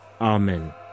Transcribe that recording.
Amen